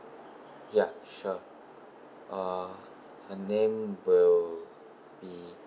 yup sure uh her name will be